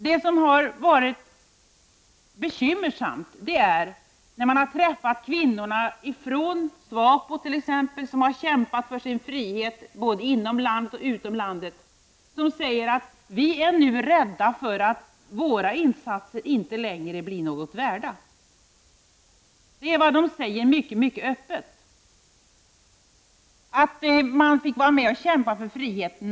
Men det har varit bekymmersamt att träffa t.ex. de kvinnor som inom SWAPO har kämpat för sin frihet både inom och utom landet. Man säger: Vi är nu rädda för att våra insatser inte längre skall vara något värda. Det är alltså vad dessa kvinnor mycket öppet säger. Man fick vara med och kämpa för friheten.